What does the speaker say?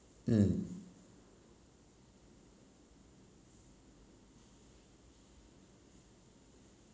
mm